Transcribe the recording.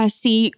see